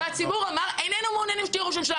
והציבור אמר: איננו מעוניינים שתהיה ראש הממשלה,